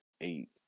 eight